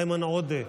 איימן עודה,